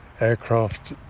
aircraft